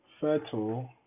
fertile